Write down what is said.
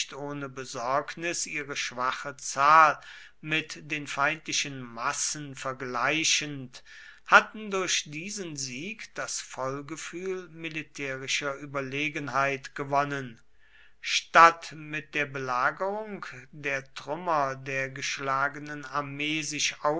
ohne besorgnis ihre schwache zahl mit den feindlichen massen vergleichend hatten durch diesen sieg das vollgefühl militärischer überlegenheit gewonnen statt mit der belagerung der trümmer der geschlagenen armee sich